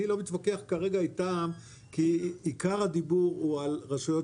אני לא מתווכח כרגע איתם כי עיקר הדיבור הוא על רשויות